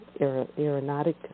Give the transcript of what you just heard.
aeronautic